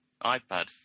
iPad